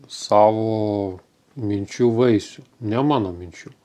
savo minčių vaisių ne mano minčių